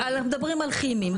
אנחנו מדברים על כימיים.